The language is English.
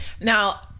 now